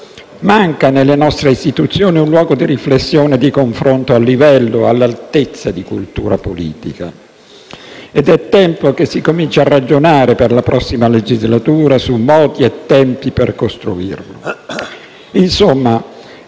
Manca alle nostre istituzioni un luogo di riflessione e di confronto a livello, all'altezza, di cultura politica. Ed è tempo che si cominci a ragionare per la prossima legislatura su modi e tempi per costruirlo. Insomma,